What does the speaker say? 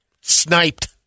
Sniped